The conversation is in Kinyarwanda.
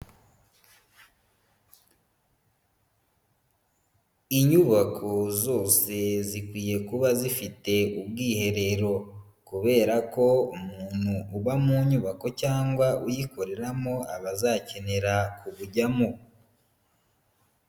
Inyubako zose zikwiye kuba zifite ubwiherero, kubera ko umuntu uba mu nyubako cyangwa uyikoreramo, aba azakenera ku bujyamo.